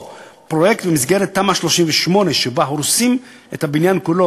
או פרויקט במסגרת תמ"א 38 שבו הורסים את הבניין כולו,